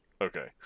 okay